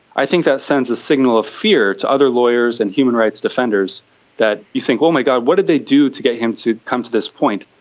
i think that sends a signal of fear to other lawyers and human rights defenders that you think, oh my god, what did they do to get him to come to this point?